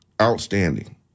outstanding